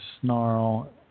snarl